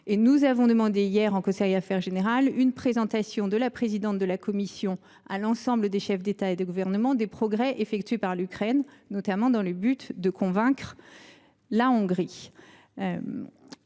Nous avons demandé, hier, en conseil Affaires générales, que la présidente de la Commission présente à l’ensemble des chefs d’État et de gouvernement les progrès effectués par l’Ukraine, notamment dans le but de convaincre la Hongrie.